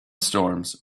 storms